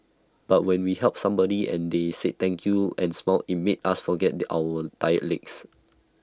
but when we helped somebody and they said thank you and smile IT made us forget the our tired legs